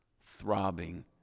throbbing